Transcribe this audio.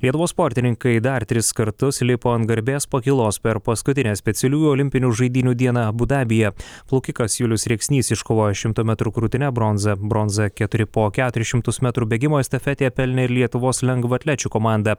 lietuvos sportininkai dar tris kartus lipo ant garbės pakylos per paskutinę specialiųjų olimpinių žaidynių dieną abu dabyje plaukikas julius rėksnys iškovojo šimto metrų krūtine bronzą bronzą keturi po keturis šimtus metrų bėgimo estafetėje pelnė ir lietuvos lengvaatlečių komanda